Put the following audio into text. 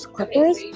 Clippers